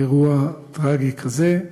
אירוע טרגי כזה.